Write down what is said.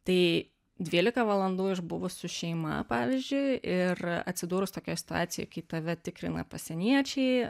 tai dvylika valandų išbuvus su šeima pavyzdžiui ir atsidūrus tokioj situacijoj kai tave tikrina pasieniečiai